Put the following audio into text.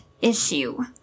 issue